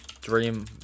dream